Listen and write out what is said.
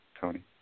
Tony